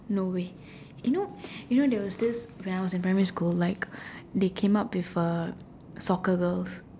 no way you know you know there was this when I was in primary school like they came up with a soccer girls